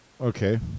Okay